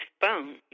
phone